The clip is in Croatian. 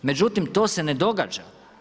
Međutim, to se ne događa.